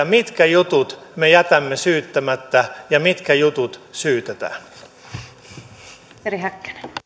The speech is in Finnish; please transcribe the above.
mitkä jutut he jättävät syyttämättä ja mitkä jutut syytetään